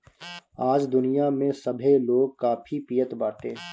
आज दुनिया में सभे लोग काफी पियत बाटे